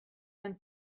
and